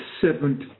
seventh